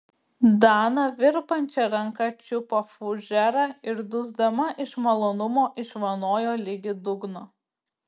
dana virpančia ranka čiupo fužerą ir dusdama iš malonumo išvanojo ligi dugno